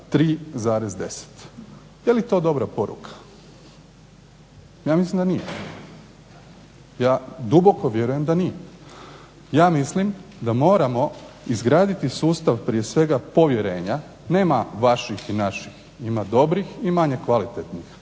3,10. Je li to dobra poruka? Ja mislim da nije. Ja duboko vjerujem da nije. Ja mislim da moramo izgraditi sustav prije svega povjerenja, nema vaših i naših, ima dobrih i manje kvalitetnih